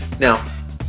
now